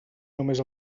només